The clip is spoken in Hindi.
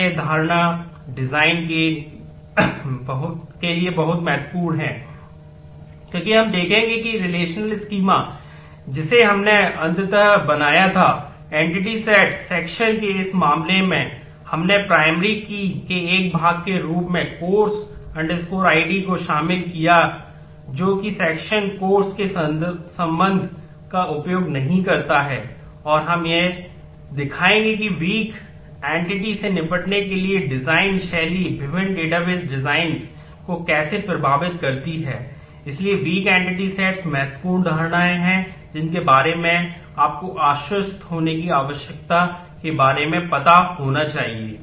इसलिए यह धारणा डिजाइन महत्वपूर्ण धारणाएं हैं जिनके बारे में आपको आश्वस्त होने की आवश्यकता के बारे में पता होना चाहिए